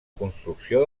construcció